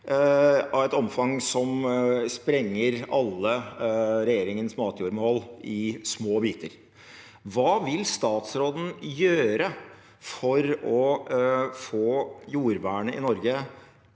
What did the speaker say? av et omfang som sprenger alle regjeringens matjordmål i små biter. Hva vil statsråden gjøre for å få jordvernet i Norge